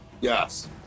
Yes